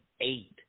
eight